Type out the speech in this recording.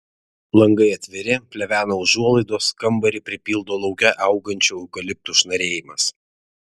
langai atviri plevena užuolaidos kambarį pripildo lauke augančių eukaliptų šnarėjimas